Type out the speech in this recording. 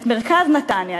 את מרכז נתניה,